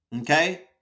okay